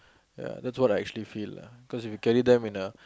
ya that's what I actually feel lah cause if you carry them in a